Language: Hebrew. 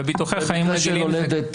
בביטוחי חיים רגילים.